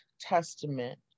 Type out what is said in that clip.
Testament